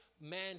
man